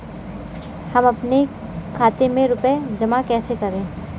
हम अपने खाते में रुपए जमा कैसे करें?